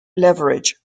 leverage